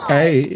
Hey